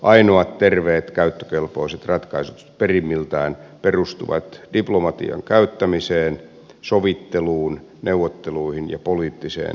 ainoat terveet käyttökelpoiset ratkaisut perimmiltään perustuvat diplomatian käyttämiseen sovitteluun neuvotteluihin ja poliittiseen dialogiin